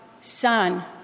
son